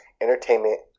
entertainment